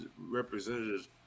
representatives